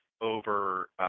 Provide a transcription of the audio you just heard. over